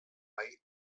mai